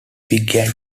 began